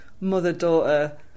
mother-daughter